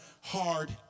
hard